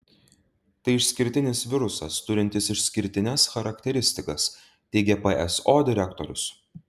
tai išskirtinis virusas turintis išskirtines charakteristikas teigia pso direktorius